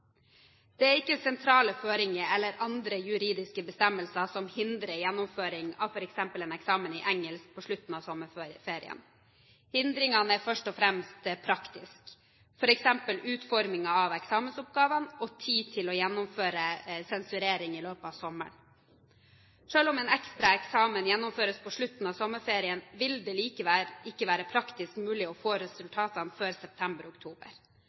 Det er ikke sentrale føringer eller andre juridiske bestemmelser som hindrer gjennomføring av f.eks. en eksamen i engelsk på slutten av sommerferien. Hindringene er først og fremst praktiske – f.eks. utforming av eksamensoppgavene og tid til å gjennomføre sensurering i løpet av sommeren. Selv om en ekstra eksamen gjennomføres på slutten av sommerferien, vil det likevel ikke være praktisk mulig å få resultatene før